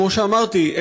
כמו שאמרתי,